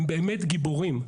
הם באמת גיבורים.